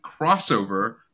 crossover